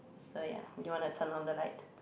so ya you want to turn on the light